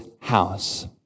house